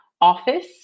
office